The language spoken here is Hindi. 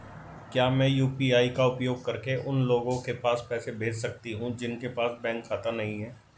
क्या मैं यू.पी.आई का उपयोग करके उन लोगों के पास पैसे भेज सकती हूँ जिनके पास बैंक खाता नहीं है?